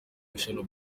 michelle